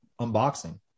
unboxing